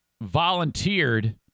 volunteered